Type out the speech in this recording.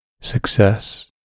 Success